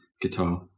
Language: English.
guitar